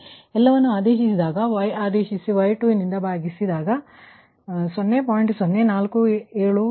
ಆದ್ದರಿಂದ ಎಲ್ಲವನ್ನು ಆದೇಶಿಸಿದಾಗ Y22 ಯಿಂದ ಭಾಗಿಸಿ 0